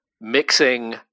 mixing